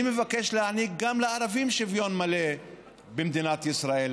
אני מבקש להעניק גם לערבים שוויון מלא במדינת ישראל.